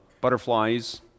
butterflies